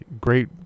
Great